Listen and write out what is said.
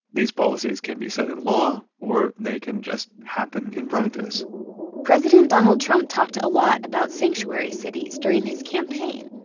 these policies can be set in law or they can just happen in practice president donald trump talked a lot about sanctuary cities during his campaign,